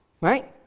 Right